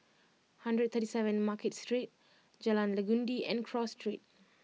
one hundred thirty seven Market Street Jalan Legundi and Cross Street